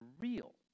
real